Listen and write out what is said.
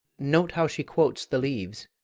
note how she quotes the leaves.